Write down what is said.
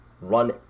run